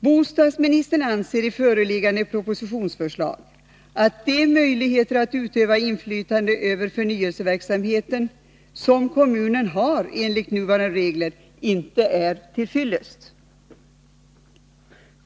Bostadsministern anser i föreliggande propositionsförslag att de möjligheter att utöva inflytande över förnyelseverksamheten som kommunen har enligt nuvarande regler inte är till fyllest.